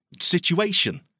situation